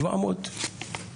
השלטון